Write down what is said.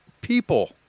people